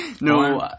no